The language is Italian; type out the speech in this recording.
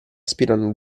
aspirano